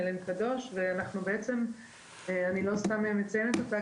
אני לא סתם מציינת אותה,